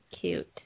cute